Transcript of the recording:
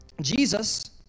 Jesus